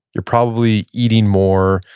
you're probably eating more.